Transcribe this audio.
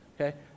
Okay